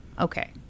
Okay